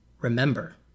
Remember